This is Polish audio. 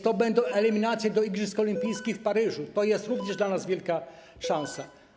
To będą eliminacje do igrzysk olimpijskich w Paryżu i to jest również dla nas wielka szansa.